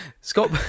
Scott